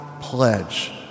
pledge